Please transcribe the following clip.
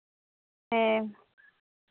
ᱦᱮᱸ